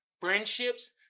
Friendships